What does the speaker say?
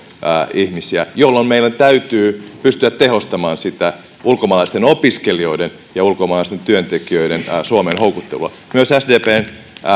ihmisiä jolloin meidän täytyy pystyä tehostamaan sitä ulkomaalaisten opiskelijoiden ja ulkomaalaisten työntekijöiden suomeen houkuttelua myös sdpn